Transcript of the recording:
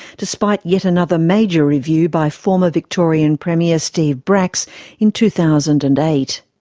despite yet another major review by former victorian premier steve bracks in two thousand and eight.